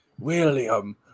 William